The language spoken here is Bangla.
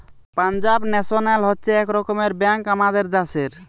পাঞ্জাব ন্যাশনাল হচ্ছে এক রকমের ব্যাঙ্ক আমাদের দ্যাশের